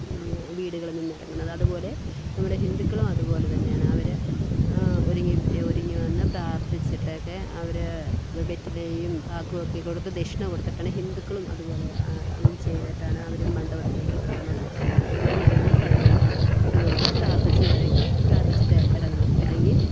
വീടുകളിൽ നിന്നെയിറങ്ങുന്നത് അതു പോലെ ഇവിടെ ഹിന്ദുക്കളും അതുപോലെതന്നെയാണ് അവർ ഒരുങ്ങി ഒരുങ്ങി വന്നു പ്രാർത്ഥിച്ചിട്ടൊക്കെ അവർ വെറ്റിലയും പാക്കും ഒക്കെ കൊടുത്ത് ദക്ഷിണ കൊടുത്തിട്ടാണ് ഹിന്ദുക്കളും അതുപോലെ ചെയ്തിട്ടാണ് അവരും മണ്ഡപത്തിലേക്കു പോകുന്നത് അതുപോലെ നമ്മളും പള്ളിയിൽ ഇതുപോലെ പ്രാർത്ഥിച്ച് വെളുക്കെ പ്രാർത്ഥിച്ചിട്ട് ഇറങ്ങും ഇറങ്ങി